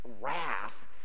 wrath